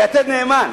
לא, ל"יתד נאמן".